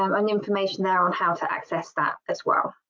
um and information there on how to access that as well.